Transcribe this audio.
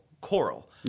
coral